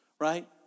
right